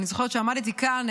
אני זוכרת שעמדתי כאן,